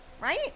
right